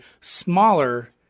smaller –